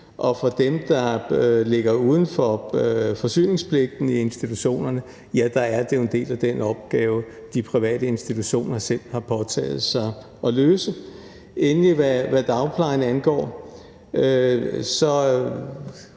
og for dem, der ligger uden for forsyningspligten i institutionerne, er det jo en del af den opgave, de private institutioner selv har påtaget sig at løse. Endelig, hvad dagplejen angår,